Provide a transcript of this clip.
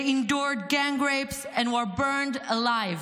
they endured gang rapes and were burned alive.